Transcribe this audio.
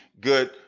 good